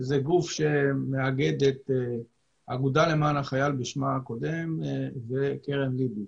שזה גוף שמאגד את האגודה למען החייל בשמה הקודם וקרן לב"י.